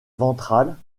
ventrale